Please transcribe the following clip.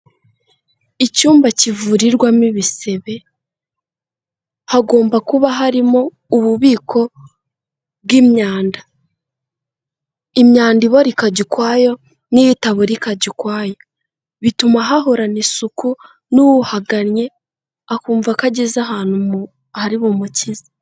Icyumba kivurirwamo ibisebe hagomba kuba harimo ububiko bw'imyanda, imyanda ibora ikajya ukwayo n'itaborika ikajya uikwayo, bituma hahorana isuku n'uhagannye akumva ko ageze ahantu hari bumukize.